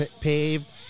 paved